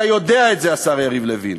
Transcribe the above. אתה יודע את זה, השר יריב לוין.